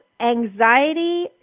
anxiety